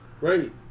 Right